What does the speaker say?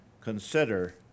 Consider